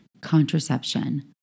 contraception